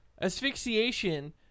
asphyxiation